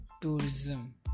tourism